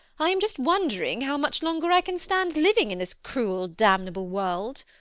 i am just wondering how much longer i can stand living in this cruel, damnable world.